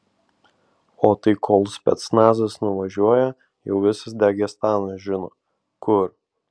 o tai kol specnazas nuvažiuoja jau visas dagestanas žino kur